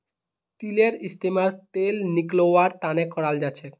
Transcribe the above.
तिलेर इस्तेमाल तेल निकलौव्वार तने कराल जाछेक